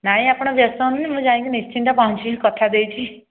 ନାଇଁ ଆପଣ ବ୍ୟସ୍ତ ହୁଅନ୍ତୁନି ମୁଁ ଯାଇକି ନିଶ୍ଚିନ୍ତ ପହଁଞ୍ଚିବି କଥା ଦେଇଛି